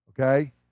okay